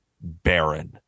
barren